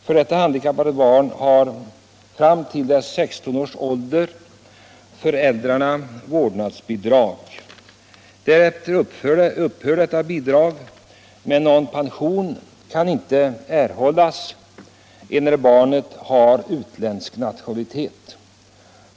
För detta handikappade barn har, till dess det uppnår 16 års ålder, föräldrarna vårdnadsbidrag. Därefter upphör detta bidrag. Men någon pension kan inte erhållas enär barnet har utländsk nationalitet.